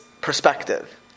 perspective